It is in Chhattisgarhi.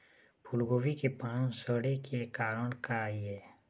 फूलगोभी के पान सड़े के का कारण ये?